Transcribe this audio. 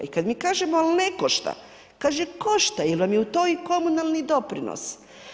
I kada mi kažemo ali ne košta, kaže košta jer vam je u toj komunalni doprinos.